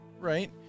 right